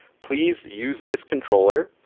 please use this controller,